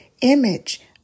image